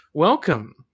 Welcome